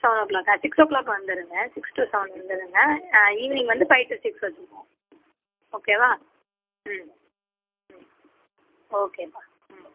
seven ஓ கிளாக்கா six o'clock வந்துருங்க சிக்ஸ் டூ செவன் வந்துருங்க ஈவினிங் வந்து ஃபைவ் டூ சிக்ஸ் வச்சுப்போம் ஓகேவா ம் ம் ஓகேப்பா ம்